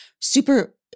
super